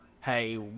hey